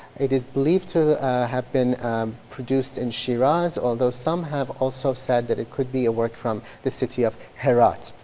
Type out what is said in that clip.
it is believed to have been produced in shiraz. although some have also said that it could be a work from the city of herat.